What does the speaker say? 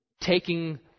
Taking